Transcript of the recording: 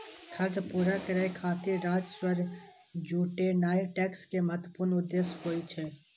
खर्च पूरा करै खातिर राजस्व जुटेनाय टैक्स के महत्वपूर्ण उद्देश्य होइ छै